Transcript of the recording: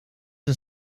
een